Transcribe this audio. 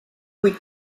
kuid